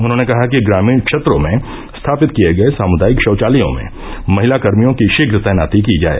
उन्होंने कहा कि ग्रामीण क्षेत्रों में स्थापित किये गये सामुदायिक शौचालयों में महिला कर्मियों की शीघ्र तैनाती की जाय